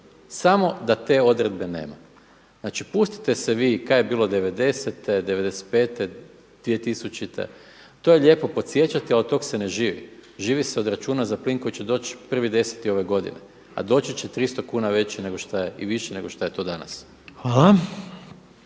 samo da te odredbe nema. Znači pustite se vi šta je bilo '90.-te, '95., 2000., to je lijepo podsjećati ali od toga se ne živi, živi se od računa za plin koji će doći 1.10. ove godine a doći će 300 kuna veći nego šta je i viši nego što je to danas.